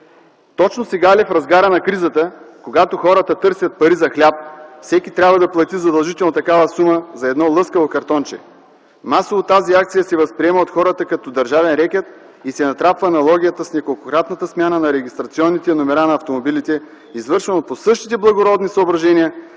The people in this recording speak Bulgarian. Точно сега ли – в разгара на кризата, когато хората търсят пари за хляб, всеки трябва да плати задължително такава сума за едно лъскаво картонче? А масово тази акция се възприема от хората като държавен рекет и се натрапва аналогията с неколкократната смяна на регистрационните номера на автомобилите, извършвано по същите благородни съображения,